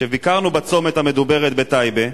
כשביקרנו בצומת המדובר בטייבה,